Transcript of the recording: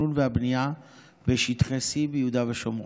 דיני התכנון והבנייה בשטחי C ביהודה ושומרון.